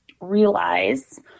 realize